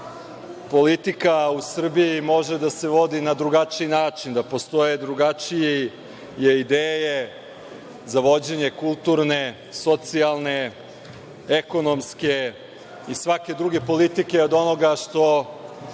politika u Srbiji može da se vodi na drugačiji način, da postoje drugačije ideje za vođenje, kulturne, socijalne, ekonomske i svake druge politike, od onoga što